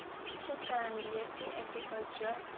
بہٕ چھَس کران بی ایس سی اٮ۪گرِکَلچر